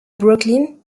brooklyn